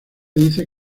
dice